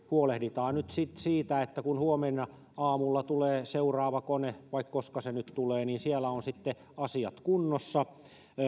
huolehditaan nyt siitä että kun huomenna aamulla tulee seuraava kone vai koska se nyt tulee niin siellä on sitten asiat kunnossa